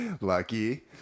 Lucky